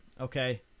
Okay